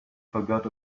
forgot